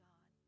God